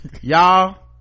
Y'all